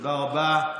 תודה רבה.